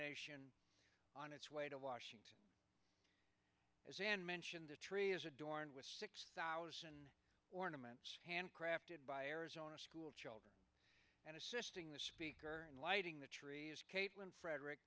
nation on its way to washington as in mention the tree is adorned with six thousand ornaments hand crafted by arizona schoolchildren and assisting the speaker and lighting the trees caitlin frederick